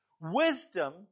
Wisdom